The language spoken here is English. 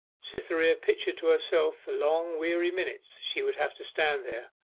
cytherea pictured to herself the long weary minutes she would have to stand there,